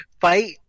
fight